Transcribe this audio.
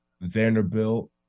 Vanderbilt